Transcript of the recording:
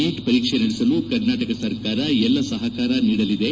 neat ಪರೀಕ್ಷೆ ನಡೆಸಲು ಕರ್ನಾಟಕ ಸರ್ಕಾರ ಎಲ್ಲಾ ಸಹಕಾರ ನೀಡಲಿದೆ